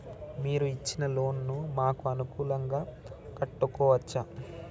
మీరు ఇచ్చిన లోన్ ను మాకు అనుకూలంగా కట్టుకోవచ్చా?